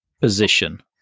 position